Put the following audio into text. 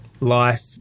life